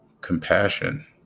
compassion